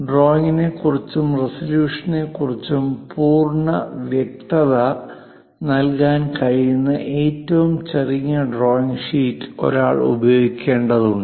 ഡ്രോയിംഗിനെക്കുറിച്ചും റെസല്യൂഷനെക്കുറിച്ചും പൂർണ്ണ വ്യക്തത നൽകാൻ കഴിയുന്ന ഏറ്റവും ചെറിയ ഡ്രോയിംഗ് ഷീറ്റ് ഒരാൾ ഉപയോഗിക്കേണ്ടതുണ്ട്